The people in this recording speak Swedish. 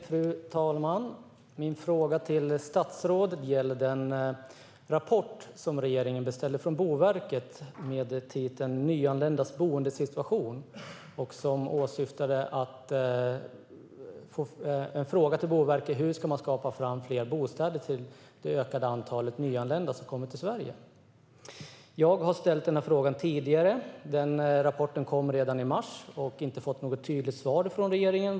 Fru talman! Min fråga till statsrådet gäller den rapport som regeringen beställde från Boverket, som har titeln Nyanländas boendesituation . En fråga till Boverket var: Hur ska man skapa fler bostäder till det ökade antalet nyanlända i Sverige? Jag har ställt den här frågan tidigare - rapporten kom redan i mars - och inte fått något tydligt svar från regeringen.